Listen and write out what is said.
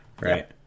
Right